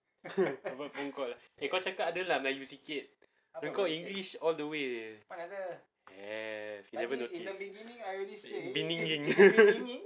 what phone call eh kau cakap bahasa melayu sikit kau english all the way eh have you never notice beginning